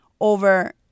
over